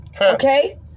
Okay